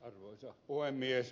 arvoisa puhemies